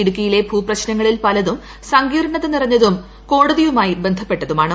ഇടുക്കിയിലെ ഭൂപ്രശ്നങ്ങളിൽ പലതും സങ്കീർണ്ണത നിറഞ്ഞതും കോടതിയുമായി ബന്ധപ്പെട്ടതുമാണ്